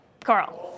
Carl